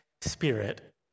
spirit